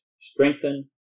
strengthen